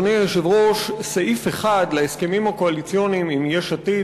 אדוני היושב-ראש: סעיף 1 להסכמים הקואליציוניים עם יש עתיד